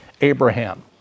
Abraham